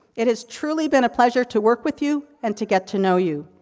it has truly been a pleasure to work with you, and to get to know you.